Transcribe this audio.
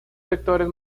sectores